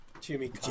Jimmy